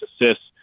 assists